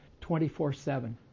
24-7